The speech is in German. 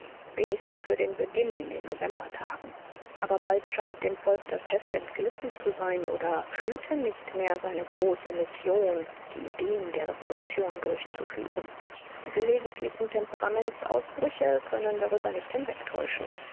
wenigstens für den beginn in den novembertagen aber bald scheint dem volk das heft entglitten zu sein oder fühlte nicht mehr seine große mission die ideen der revolution durchzuführen die gelegentlichen temperamentsausbrüche können darüber nicht hinwegtäuschen